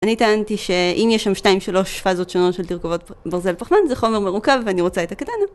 אני טענתי שאם יש שם 2-3 פאזות שונות של תרכובות ברזל פחמן זה חומר מרוכב ואני רוצה את הקטן